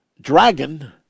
dragon